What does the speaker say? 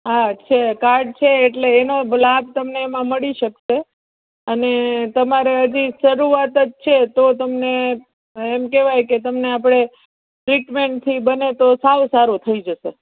હાં છે હાં છે કાર્ડ છે એટલે એનો લાભ તમને એમ મળી શકશે અને તમારે હજી શરૂઆત જ છે તો તમને એમ કેવાય કે તમને આપણે ટ્રીટમેન્ટથી બને તો સાવ સારું થઈ જશે